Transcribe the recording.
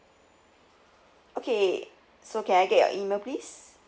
okay so can I get your email please